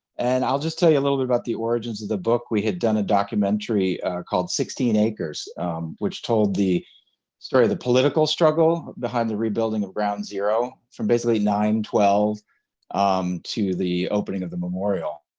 and i'll just tell you a little bit about the origins of the book. we had done a documentary called sixteen acres which told the story of the political struggle behind the rebuilding of ground zero from basically nine twelve to the opening of the memorial.